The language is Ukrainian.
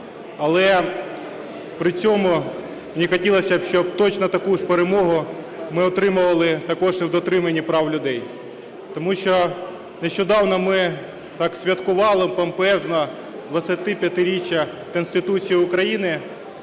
Але при цьому мені хотілося б, щоб точно таку ж перемогу ми отримували також і в дотриманні прав людей, тому що нещодавно ми так святкували помпезно 25-річчя Конституції України,